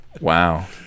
Wow